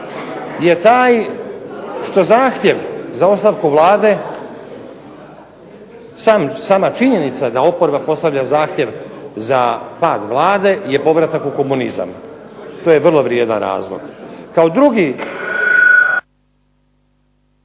je taj što zahtjev za ostavku Vlade sama činjenica da oporba postavlja zahtjev za pad Vlade je povratak u komunizam. To je vrlo vrijedan razlog. Kao drugi